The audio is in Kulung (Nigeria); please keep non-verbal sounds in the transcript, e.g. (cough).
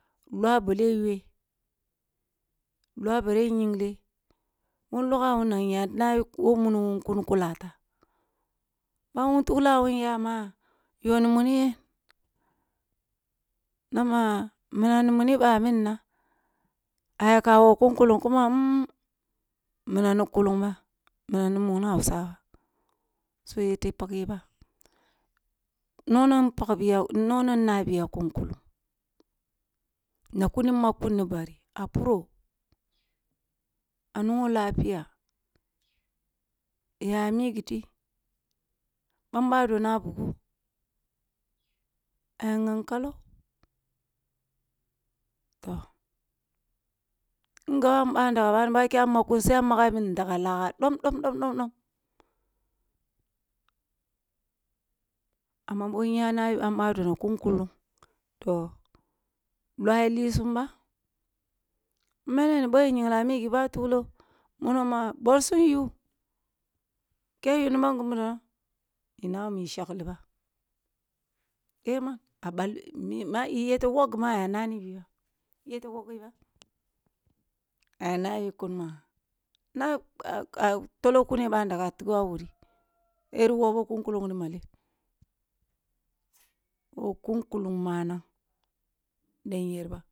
Luah bole yauwe, luah bole nyia le boh nlogha wun na nya nabi wo mumwun kun kun kullata, bamun tugha wun ya ma y oni muni yen? Nama minam ni muni ɓaminan, ayaka wokkun kullung kuma mm minam ni kullung ba minam ni muni hausawa so iyete pak ye ba nonon pakbiya nonon nabiya kun kullung na kuni mekkun ni bari a puro, a nongo lafiya, yaya migiti, banbado na ayankam kalam ngabbawun bandega bani boh a kya makun sai a maga bi ndega laya dom dom dom dom dom, amma boh nya nabi bari kun kullung, toh lisum ba mele nib oh ya nyigli a migi boh a fuglo boh na ma bolsum wa yu ke yumbam gumidona ni nama shagliba teman a balbi ma iyete woghh gumi a ye nanibi, iyete wogeh be aya naye kun mang? Na (hesitation) ah tolo kuni ɓandage a tigo a wuri yirin wawu kun kullung ri maleng? Wok kun kulung manang den yerba.